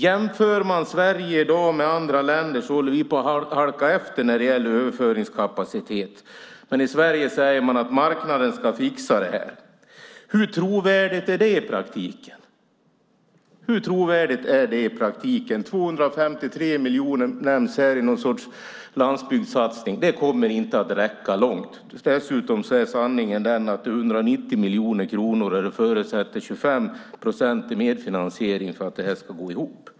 Om man jämför Sverige med andra länder i dag håller vi på att halka efter när det gäller överföringskapacitet, men i Sverige säger man att marknaden ska fixa detta. Hur trovärdigt är detta i praktiken? 253 miljoner kronor nämns här i någon sorts landsbygdssatsning. Det kommer inte att räcka långt. Dessutom är sanningen att det är fråga om 190 miljoner kronor som förutsätter 25 procent i medfinansiering för att det ska gå ihop.